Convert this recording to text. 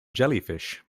jellyfish